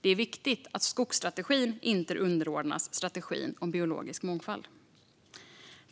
Det är viktigt att skogsstrategin inte underordnas strategin om biologisk mångfald.